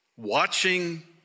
watching